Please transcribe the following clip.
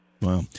Wow